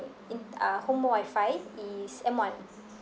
in uh home o~ wifi is M one